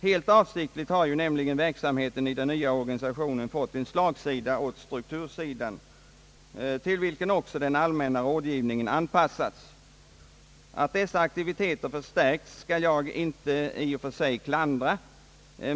Helt avsiktligt har nämligen verksamheten i den nya organisationen fått slagsida åt struktursidan, till vilken också den allmänna rådgivningen anpassats. Att dessa aktiviteter förstärks skall jag i och för sig inte klandra.